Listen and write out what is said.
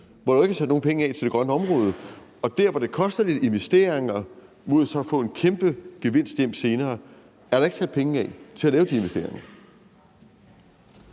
hvor der jo ikke er sat nogen penge af til det grønne område. Og der, hvor det koster lidt investeringer, mod at man så får en kæmpe gevinst hjem senere, er der ikke sat penge af, altså til at lave de investeringer.